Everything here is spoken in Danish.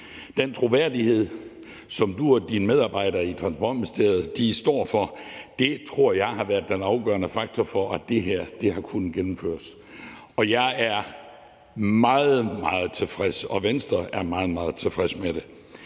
den troværdighed, som du og dine medarbejdere i Transportministeriet står for, tror jeg har været den afgørende faktor for, at det her har kunnet gennemføres. Jeg er meget, meget tilfreds, og Venstre er meget, meget tilfreds med det.